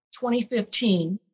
2015